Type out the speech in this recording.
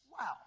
Wow